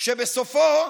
ובסופו,